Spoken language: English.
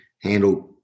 handled